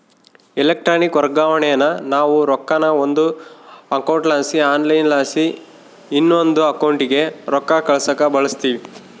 electronic ವರ್ಗಾವಣೇನಾ ನಾವು ರೊಕ್ಕಾನ ಒಂದು ಅಕೌಂಟ್ಲಾಸಿ ಆನ್ಲೈನ್ಲಾಸಿ ಇನವಂದ್ ಅಕೌಂಟಿಗೆ ರೊಕ್ಕ ಕಳ್ಸಾಕ ಬಳುಸ್ತೀವಿ